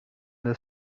the